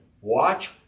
watch